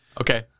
Okay